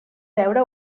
veure